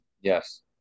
yes